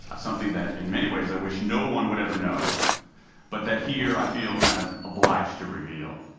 something that in many ways i wish no one would ever know but that here i feel kind of obliged to reveal.